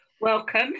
welcome